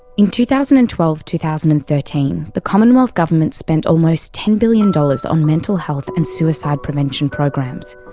in two thousand and twelve, two thousand and thirteen, the commonwealth government spent almost ten billion dollars on mental health and suicide prevention programs,